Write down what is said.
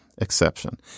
exception